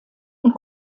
und